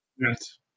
Yes